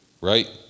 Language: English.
Right